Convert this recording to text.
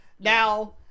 now